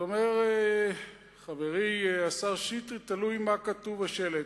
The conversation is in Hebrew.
אז אומר חברי השר שטרית: תלוי מה כתוב בשלט.